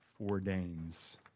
ordains